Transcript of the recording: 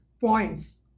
points